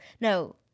No